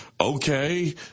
okay